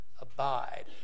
abide